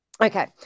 Okay